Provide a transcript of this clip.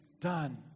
done